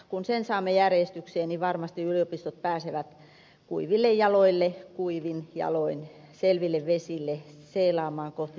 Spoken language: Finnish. kun sen saamme järjestykseen niin varmasti yliopistot pääsevät kuivin jaloin selville vesille seilaamaan kohti tulevaisuuden haasteita